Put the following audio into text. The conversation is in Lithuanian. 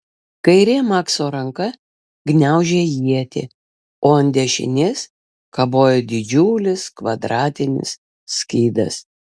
kairė makso ranka gniaužė ietį o ant dešinės kabojo didžiulis kvadratinis skydas